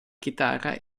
chitarra